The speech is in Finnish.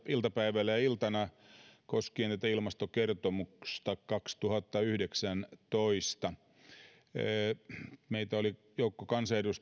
iltapäivänä ja iltana koskien ilmastokertomusta kaksituhattayhdeksäntoista meitä oli joukko kansanedustajia